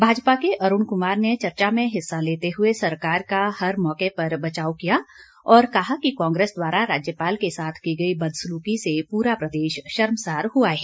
भाजपा के अरूण क्मार ने चर्चा में हिस्सा लेते हुए सरकार का हर मौके पर बचाव किया और कहा कि कांग्रेस द्वारा राज्यपाल के साथ की गई बदसलुकी से पूरा प्रदेश शर्मसार हुआ है